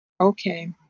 Okay